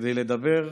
כדי לדבר אולי,